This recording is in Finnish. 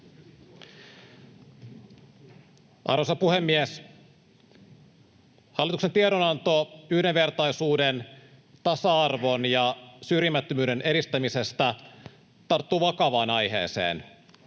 Arvoisa puhemies! Hallituksen tiedonanto yhdenvertaisuuden, tasa-arvon ja syrjimättömyyden edistämisestä tarttuu vakavaan aiheeseen.